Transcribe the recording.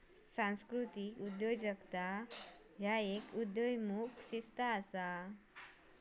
सांस्कृतिक उद्योजकता ह्य एक उदयोन्मुख शिस्त असा